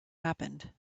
happened